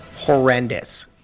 horrendous